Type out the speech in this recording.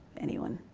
anyone.